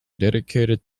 dedicated